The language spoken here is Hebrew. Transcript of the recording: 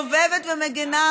למה את נגד?